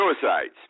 Suicides